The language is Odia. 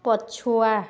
ପଛୁଆ